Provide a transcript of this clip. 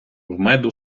меду